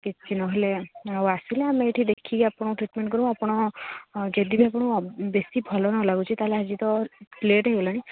କିଛି ନ ହେଲେ ଆଉ ଆସିଲେ ଆମେ ଏଠି ଦେଖିକି ଆପଣଙ୍କୁ ଟ୍ରିଟ୍ମେଣ୍ଟ୍ କରିବୁ ଆପଣ ଯଦି ବି ଆପଣ ବେଶୀ ଭଲ ନ ଲାଗୁଛି ତାହାଲେ ଆଜି ତ ଲେଟ୍ ହୋଇଗଲାଣି